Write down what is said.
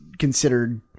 considered